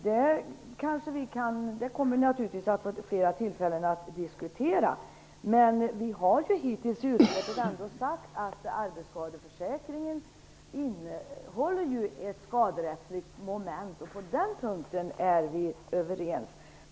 Det får vi fler tillfällen att diskutera. Men vi har hittills i utskottet sagt, att arbetsskadeförsäkringen innehåller ett skaderättsligt moment. På den punkten är vi överens.